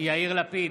יאיר לפיד,